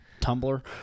tumblr